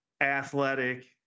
athletic